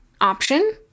option